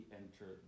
enter